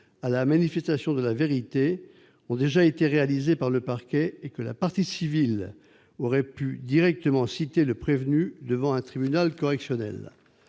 à la manifestation de la vérité a déjà été réalisée par le parquet et que la partie civile aurait pu directement citer le prévenu devant un tribunal correctionnel.